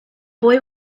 boy